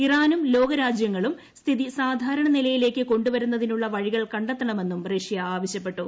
ഇറാനും ലോകരാജൃങ്ങളും സ്ഥിതി സാധാരണ നിലയിലേക്ക് കൊണ്ടുവരുന്നതിനുള്ള വഴികൾ കണ്ടെത്തണമെന്നും റഷ്യ ആവശ്യപ്പെട്ടു